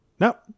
Nope